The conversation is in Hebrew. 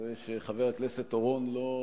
אני רואה שחבר הכנסת אורון לא,